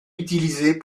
utilisées